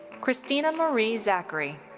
christina marie zachary.